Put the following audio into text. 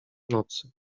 nocy